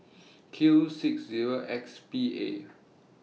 Q six Zero X B A